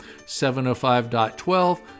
705.12